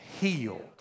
healed